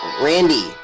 Randy